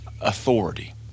authority